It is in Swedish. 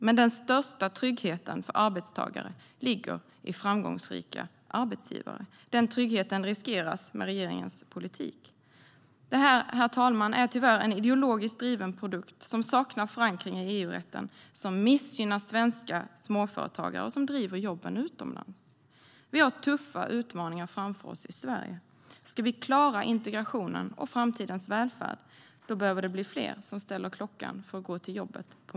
Men den största tryggheten för arbetstagare ligger i framgångsrika arbetsgivare. Den tryggheten riskeras med regeringens politik. Herr talman! Detta är tyvärr en ideologiskt driven produkt som saknar förankring i EU-rätten, som missgynnar svenska småföretagare som driver jobben utomlands. Vi har tuffa utmaningar framför oss i Sverige. Ska vi klara integrationen och framtidens välfärd behöver det bli fler som ställer klockan på morgonen för att gå till jobbet.